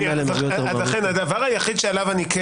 האלה הן הרבה יותר --- הדבר היחיד שעליו אני כן